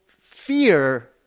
fear